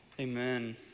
Amen